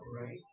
right